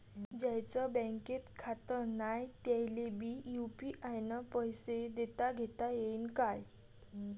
ज्याईचं बँकेत खातं नाय त्याईले बी यू.पी.आय न पैसे देताघेता येईन काय?